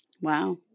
Wow